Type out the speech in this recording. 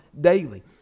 daily